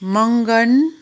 Mangan